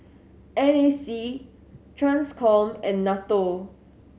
N A C Transcom and NATO